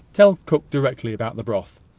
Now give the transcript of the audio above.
tell cook directly about the broth.